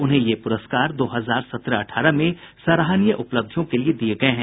उन्हें ये पुरस्कार दो हजार सत्रह अठारह में सराहनीय उपलब्धियों के लिए दिए गए हैं